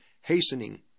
hastening